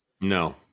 No